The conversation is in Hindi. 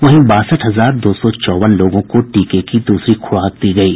वहीं बासठ हजार दो सौ चौवन लोगों को टीके की दूसरी खुराक दी गयी